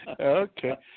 Okay